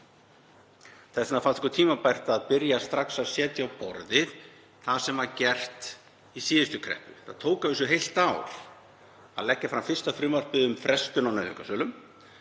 þess vegna fannst okkur tímabært að byrja strax að setja á borðið það sem var gert í síðustu kreppu. Það tók að vísu heilt ár frá hruni að leggja fram fyrsta frumvarpið um frestun á nauðungarsölum